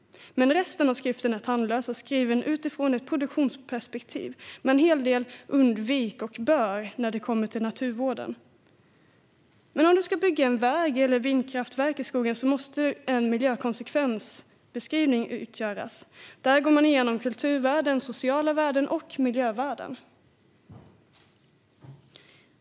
Men resten av skriften är tandlös och skriven utifrån ett produktionsperspektiv, med en hel del "undvik" och "bör" när det kommer till naturvården. Men om du ska bygga en väg eller ett vindkraftverk i skogen måste en miljökonsekvensbeskrivning göras. Där går man igenom kulturvärden, sociala värden och miljövärden.